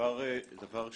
דבר שלישי,